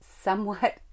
somewhat